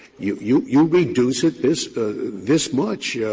you you you reduce it this this much,